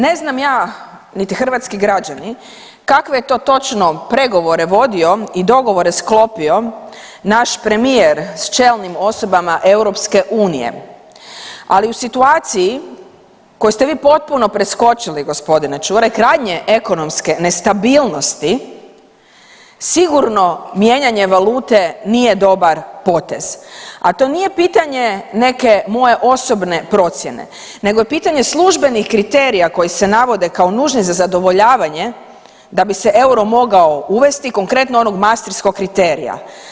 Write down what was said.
Ne znam ja niti hrvatski građani kakve je to točno pregovore vodio i dogovore sklopio naš premijer sa čelnim osobama EU, ali u situaciji u kojoj ste potpuno preskočili gospodine Ćuraj krajnje ekonomske nestabilnosti sigurno mijenjane valute nije dobar potez, a to nije pitanje neke moje osobne procjene nego je pitanje službenih kriterija koji se navode kao nužne za zadovoljavanje da bi se euro mogao uvesti, konkretno onog Mastrihtskog kriterija.